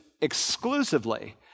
exclusively